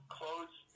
close